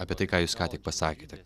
apie tai ką jūs ką tik pasakėte